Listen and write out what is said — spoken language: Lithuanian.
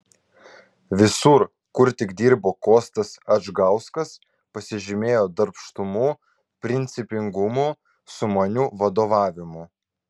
visur kur tik dirbo kostas adžgauskas pasižymėjo darbštumu principingumu sumaniu vadovavimu